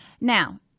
now